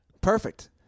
Perfect